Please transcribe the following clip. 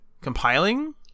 compiling